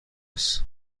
است